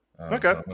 Okay